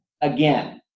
again